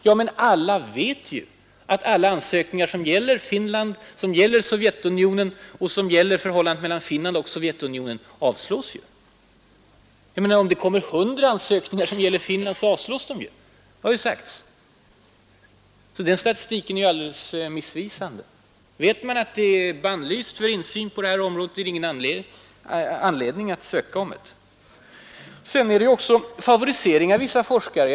Ja, men alla vet ju att samtliga ansökningar som gäller Finland och Sovjetunionen samt förhållandet mellan Finland och Sovjet avslås. Om det så kommer hundra ansökningar som gäller Finland, så avslås de. Den statistiken är alltså missvisande; vet man att ett område är bannlyst för insyn, finns det ju ingen anledning att ansöka att få se det Vidare förekommer en favorisering av vissa forskare.